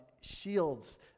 shields